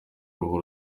uruhu